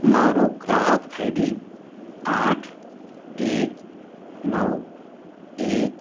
મારું ગ્રાહક આઈડી આઠ એક નવ એક